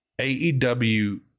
AEW